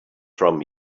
from